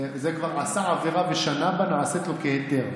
זה כבר עשה עבירה ושנה בה, נעשית לו כהיתר.